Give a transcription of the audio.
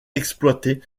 exploitée